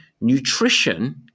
nutrition